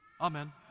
amen